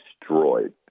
destroyed